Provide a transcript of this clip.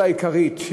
אולי העיקרית,